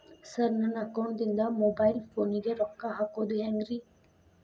Sir ನನ್ನ ಅಕೌಂಟದಿಂದ mobile ಫೋನಿಗೆ ರೊಕ್ಕ ಹಾಕೋದು ಹೆಂಗ್ರಿ?